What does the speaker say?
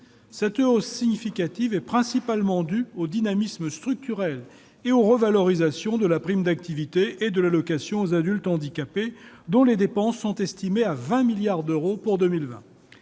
Cette hausse significative est principalement due au dynamisme structurel et aux revalorisations de la prime d'activité et de l'allocation aux adultes handicapés AAH, dont les dépenses sont estimées à 20 milliards d'euros pour 2020.